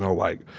like,